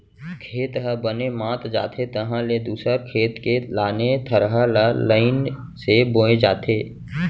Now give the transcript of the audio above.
खेत ह बने मात जाथे तहाँ ले दूसर खेत के लाने थरहा ल लईन से बोए जाथे